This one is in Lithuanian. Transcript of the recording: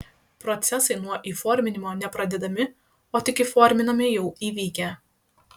procesai nuo įforminimo ne pradedami o tik įforminami jau įvykę